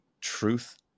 truth